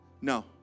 No